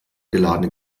geladene